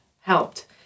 helped